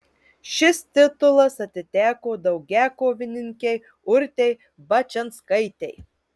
šis titulas atiteko daugiakovininkei urtei bačianskaitei